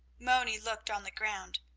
moni looked on the ground.